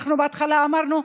אנחנו בהתחלה אמרנו,